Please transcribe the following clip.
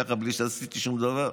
לקחו אותי פעמיים ככה בלי שעשיתי שום דבר.